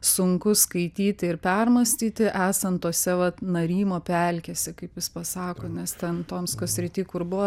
sunku skaityti ir permąstyti esant tose vat narymo pelkėsi kaip jis pasako nes ten tomsko srity kur buvo